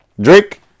Drake